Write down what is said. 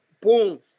Boom